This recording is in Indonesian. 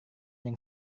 yang